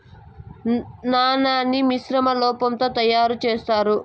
నాణాన్ని మిశ్రమ లోహం తో తయారు చేత్తారు